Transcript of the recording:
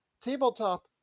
tabletop